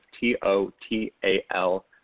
T-O-T-A-L